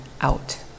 out